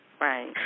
Right